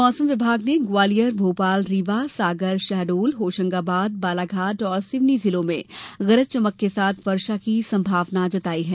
मौसम विमाग ने ग्वालियर भोपाल रीवा सागर शहडोल होशंगाबाद बालाघाट और सिवनी जिलों में गरज चमक के साथ वर्षा की सम्भावना जताई है